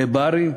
לברים,